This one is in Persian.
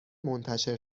منتشر